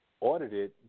audited